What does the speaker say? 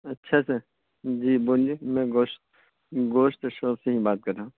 اچھا سر جی بولیے میں گوشت گوشت شاپ سے ہی بات کر رہا ہوں